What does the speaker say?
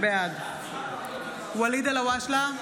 בעד ואליד אלהואשלה,